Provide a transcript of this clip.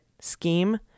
scheme